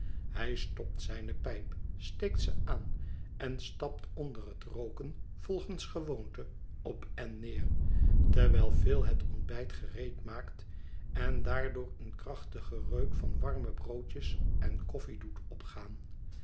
hij stopt zijne pijp steekt ze aan en stapt onder het rooken volgens gewoonte op en neer terwijl phil het ontbijt gereedmaakt en daardoor een krachtigen reuk van warme broodjes en koffie doet opgaan